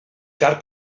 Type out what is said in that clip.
car